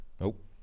nope